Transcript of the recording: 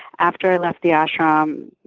after i left the ashram, ah um